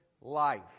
life